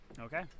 Okay